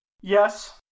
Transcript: Yes